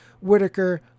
Whitaker